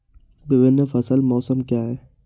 विभिन्न फसल मौसम क्या हैं?